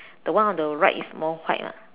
the one on the right is more white lah